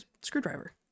screwdriver